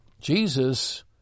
Jesus